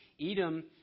Edom